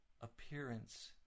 appearance